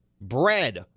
bread